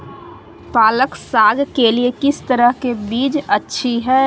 पालक साग के लिए किस तरह के बीज अच्छी है?